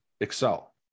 excel